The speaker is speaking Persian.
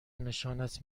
نشانت